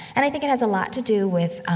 and i think it has a lot to do with, um,